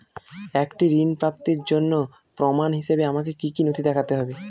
একটি ঋণ প্রাপ্তির জন্য প্রমাণ হিসাবে আমাকে কী কী নথি দেখাতে হবে?